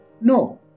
No